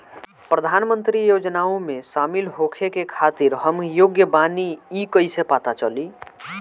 प्रधान मंत्री योजनओं में शामिल होखे के खातिर हम योग्य बानी ई कईसे पता चली?